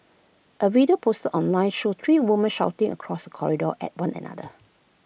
A video posted online showed three women shouting across corridor at one another